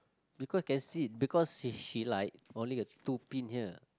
because can see because say she like only is two pin here